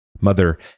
Mother